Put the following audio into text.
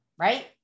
right